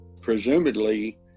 presumably